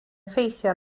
effeithio